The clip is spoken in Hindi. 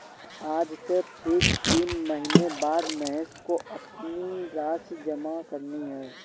आज से ठीक तीन महीने बाद महेश को अपनी राशि जमा करनी है